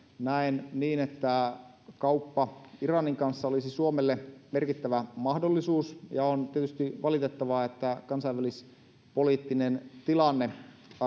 näen niin että kauppa iranin kanssa olisi suomelle merkittävä mahdollisuus ja on tietysti valitettavaa että kansainvälispoliittinen tilanne